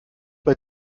bei